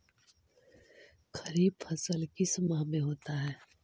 खरिफ फसल किस माह में होता है?